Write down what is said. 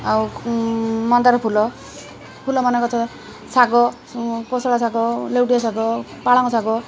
ଆଉ ମନ୍ଦାର ଫୁଲ ଫୁଲ ମନେ କଥା ଶାଗ କୋଶଳା ଶାଗ ଲେଉଟିଆ ଶାଗ ପାଳଙ୍ଗ ଶାଗ